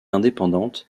indépendante